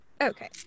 Okay